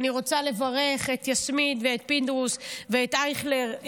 אני רוצה לברך את יסמין ואת פינדרוס ואת אייכלר,